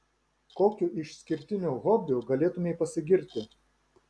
kokiu išskirtiniu hobiu galėtumei pasigirti